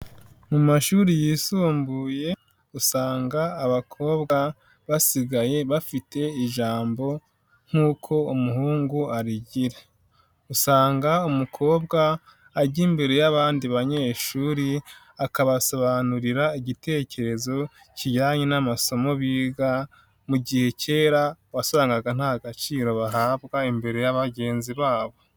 Mu mashuri yisumbuye usanga abakobwa basigaye bafite ijambo nk'uko umuhungu arigira usanga umukobwa ajya imbere y'abandi banyeshuri akabasobanurira igitekerezo kijyanye n'amasomo biga mu gihe kera wasangaga nta gaciro bahabwa imbere ya bagenzi babo.